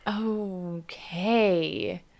Okay